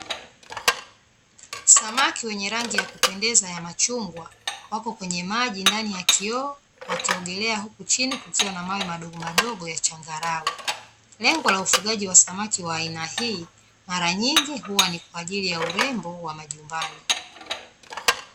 Samaki wenye rangi ya kupendeza ya machungwa, wako kwenye maji ndani ya kioo, wakiogelea huku chini kukiwa na mawe madogo madogo ya changarawe. Lengo la ufugaji wa samaki wa aina hii, mara nyingi huwa ni kwa ajili ya urembo wa majumbani.